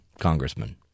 Congressman